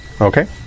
okay